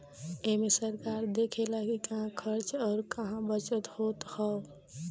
एमे सरकार देखऽला कि कहां खर्च अउर कहा बचत होत हअ